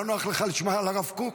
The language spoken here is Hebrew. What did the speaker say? לא נוח לך לשמוע על הרב קוק?